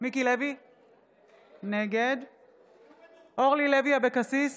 פוליטית והיא נועדה לשרת צרכים פוליטיים,